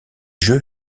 jeux